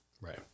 right